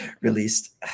released